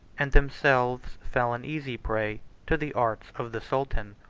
and themselves fell an easy prey to the arts of the sultan.